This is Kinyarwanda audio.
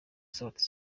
sauti